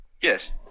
Yes